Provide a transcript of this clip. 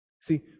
see